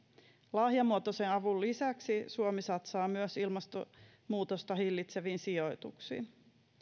lahjamuotoisen avun lisäksi suomi satsaa myös ilmastonmuutosta hillitseviin sijoituksiin